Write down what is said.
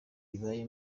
ibaye